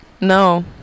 no